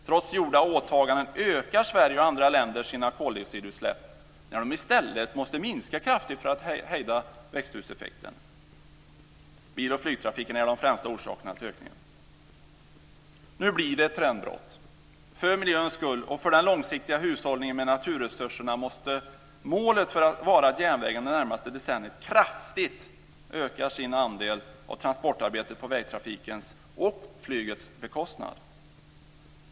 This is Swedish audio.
Trots gjorda åtaganden ökar Sverige och andra länder sina koldioxidutsläpp när de i stället måste minska kraftigt för att hejda växthuseffekten. Bil och flygtrafiken är de främsta orsakerna till ökningen. Nu blir det ett trendbrott för miljöns skull. Och för den långsiktiga hushållningen med naturresurser måste målet vara att järnvägen det närmaste decenniet kraftigt ökar sin andel av transportarbetet på vägtrafikens och flygets bekostnad.